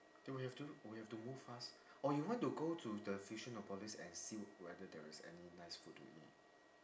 do we have to we have to move fast or you want to go to the fusionopolis and see whether there is any nice food to eat